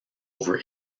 over